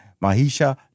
Mahisha